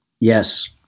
Yes